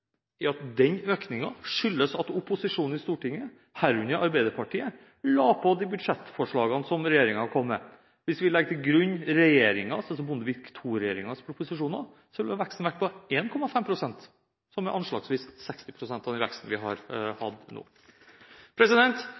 den økningen skyldes at opposisjonen i Stortinget – herunder Arbeiderpartiet – la på de budsjettforslagene som regjeringen kom med. Hvis vi legger til grunn Bondevik II-regjeringens proposisjoner, så ville veksten ha vært på 1,5 pst., som er anslagsvis 60 pst. av den veksten vi har hatt nå.